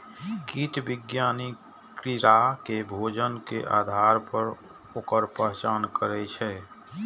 कीट विज्ञानी कीड़ा के भोजन के आधार पर ओकर पहचान करै छै